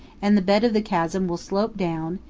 and the bed of the chasm will slope down,